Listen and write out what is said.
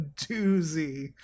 doozy